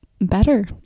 better